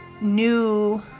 new